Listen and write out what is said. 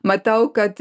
matau kad